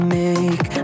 make